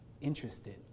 interested